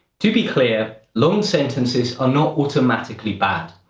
to be clear, long sentences are not automatically bad.